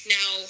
Now